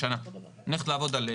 לכן כשאמרתי קודם על הכשרות,